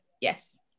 yes